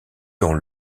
dans